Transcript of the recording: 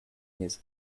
his